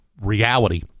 reality